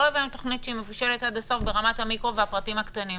לא הבאנו תוכנית מבושלת עד הסוף ברמת המיקרו והפרטים הקטנים.